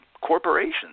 corporations